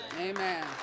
Amen